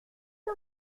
que